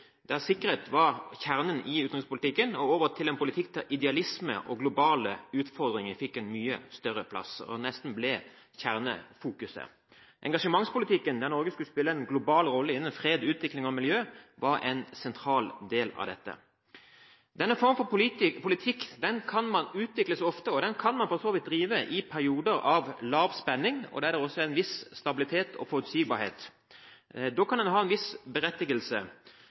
der sikkerhet var kjernen i utenrikspolitikken, og over til en politikk der idealisme og globale utfordringer fikk en mye større plass, og nesten ble kjernefokuset. Engasjementspolitikken, der Norge skulle spille en global rolle innen fred, utvikling og miljø, var en sentral del av dette. Denne form for politikk utvikler seg ofte. Den kan man for så vidt føre i perioder med lav spenning, og der det også er en viss stabilitet og forutsigbarhet. Da kan den ha en viss berettigelse.